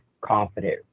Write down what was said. confident